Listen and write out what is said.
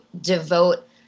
devote